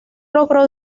logró